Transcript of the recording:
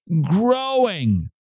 growing